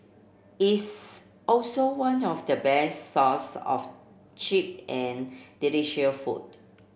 it's also one of the best source of cheap and delicious food